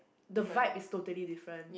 the vibe is totally different